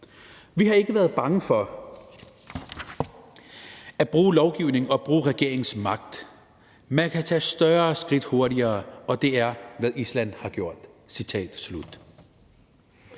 Vi har ikke været bange for at bruge lovgivning og bruge regeringens magt. Man kan tage større skridt hurtigere, og det er, hvad Island har gjort.«